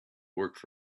work